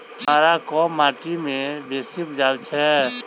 सिंघाड़ा केँ माटि मे बेसी उबजई छै?